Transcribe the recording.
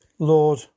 lord